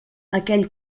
aquell